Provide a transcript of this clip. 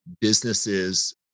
businesses